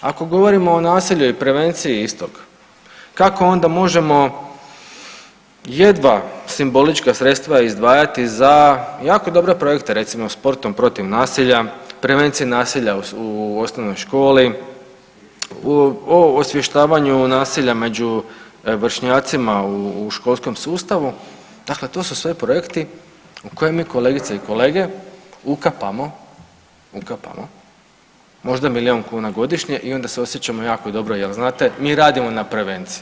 Ako govorimo o nasilju i prevenciji istog kako onda možemo jedva simbolička sredstva izdvajati za jako dobre projekte, recimo „Sportom protiv nasilja“, „Prevencija nasilja u osnovnoj školi“, o „Osvještavanju nasilja među vršnjacima u školskom sustavu“, dakle to su sve projekti u koje mi kolegice i kolege ukapamo, ukapamo možda milijun kuna godišnje i onda se osjećamo jako dobro jel znate mi radimo na prevenciji.